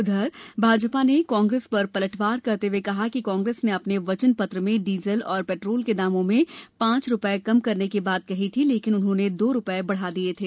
उधर भाजपा ने कांग्रेस पर पलटवार करते हए कहा कि कांग्रेस ने अपने वचनपत्र में डीजल और पेट्रोल के दामों में पांच रुपये कम करने की बात कही थी लेकिन उन्होंने दो रुपये बढ़ा दिये थे